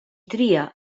tria